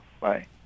Bye